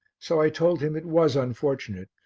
so i told him it was unfortunate,